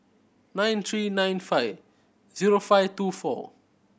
nine three nine five zero five two four